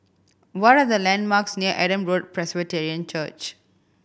what are the landmarks near Adam Road Presbyterian Church